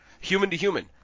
human-to-human